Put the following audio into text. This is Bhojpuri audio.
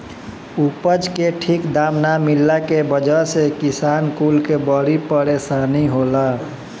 उपज के ठीक दाम ना मिलला के वजह से किसान कुल के बड़ी परेशानी होला